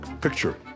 picture